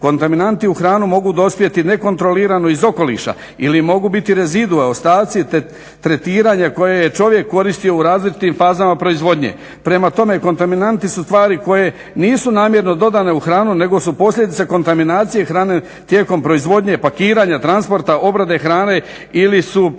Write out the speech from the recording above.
Kontaminanti u hranu mogu dospjeti nekontrolirano iz okoliša ili mogu biti rezidue, ostaci tretiranja koje je čovjek koristio u različitim fazama proizvodnje. Prema tome, kontaminanti su tvari koje nisu namjerno dodane u hranu nego su posljedica kontaminacije hrane tijekom proizvodnje, pakiranja, transporta, obrade hrane ili su